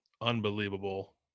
unbelievable